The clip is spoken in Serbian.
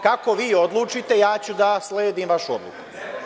Kako vi odlučite, ja ću da sledim vašu odluku.